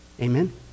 Amen